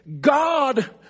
God